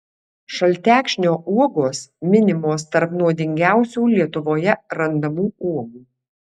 šaltekšnio uogos minimos tarp nuodingiausių lietuvoje randamų uogų